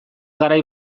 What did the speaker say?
garai